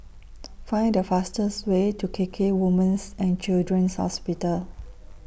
Find The fastest Way to K K Women's and Children's Hospital